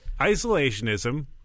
Isolationism